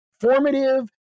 formative